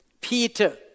Peter